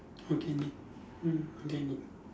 organic mm organic